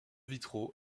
vitraux